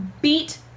beat